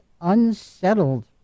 unsettled